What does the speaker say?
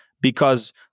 because-